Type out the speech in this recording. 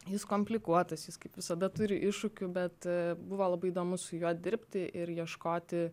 jis komplikuotas jis kaip visada turi iššūkių bet buvo labai įdomu su juo dirbti ir ieškoti